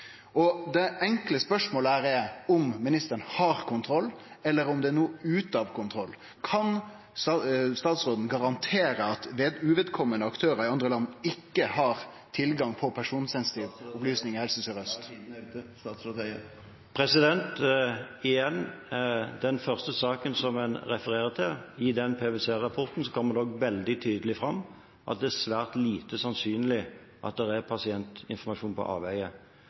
Det enkle spørsmålet er om ministeren har kontroll, eller om det no er ute av kontroll. Kan statsråden garantere at uvedkomande aktørar i andre land ikkje har tilgang til personsensitive opplysningar i Helse Sør-Aust? Igjen: I denne PwC-rapporten, som er den første saken som en refererer til, kommer det veldig tydelig fram at det er svært lite sannsynlig at det er pasientinformasjon på